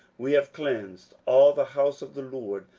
we have cleansed all the house of the lord,